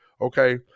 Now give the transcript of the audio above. Okay